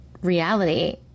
reality